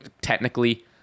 Technically